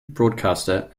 broadcaster